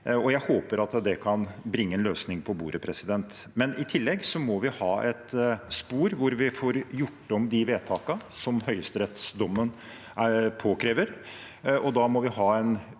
Jeg håper at det kan bringe en løsning på bordet. I tillegg må vi ha et spor hvor vi får gjort om de vedtakene som høyesterettsdommen påkrever,